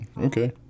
Okay